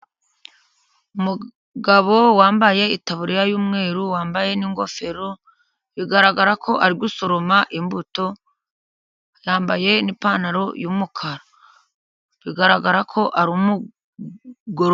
Umugabo wambaye itaburiya y'umweru ,wambaye n'ingofero bigaragara ko ari gusoroma imbuto, yambaye n'ipantaro y'umukara bigaragara ko ari umugo..